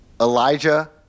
Elijah